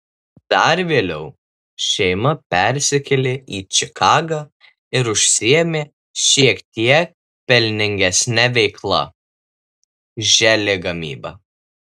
dar vėliau šeima persikėlė į čikagą ir užsiėmė šiek tiek pelningesne veikla želė gamyba